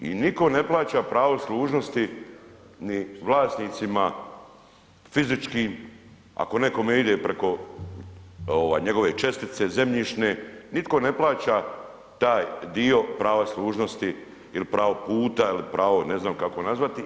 I niko ne plaća pravo služnosti ni vlasnicima fizičkim, ako nekome ide preko ovaj njegove čestice zemljišne niko ne plaća taj dio prava služnosti il pravo puta il pravo, ne znam kako nazvati.